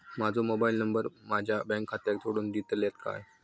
माजो mobile number माझ्या bank खात्याक जोडून दितल्यात काय?